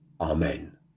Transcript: Amen